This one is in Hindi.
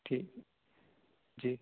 ठीक जी